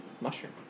mushroom